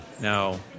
Now